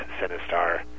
Sinistar